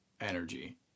energy